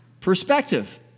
perspective